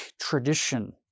tradition